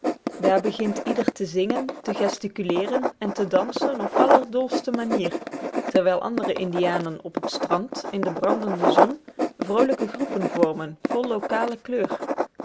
daar begint ieder te zingen te gesticuleeren en te dansen op allerdolste manier terwijl andere indianen op het strand in de brandende zon vroolijke groepen vormen vol locale kleur